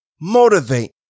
motivate